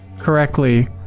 correctly